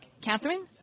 Catherine